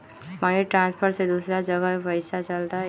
Money transfer से दूसरा जगह पईसा चलतई?